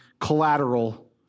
collateral